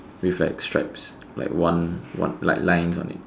with like stripes like one one like lines on it